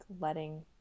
letting